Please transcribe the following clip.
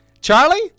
Charlie